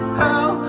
hell